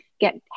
get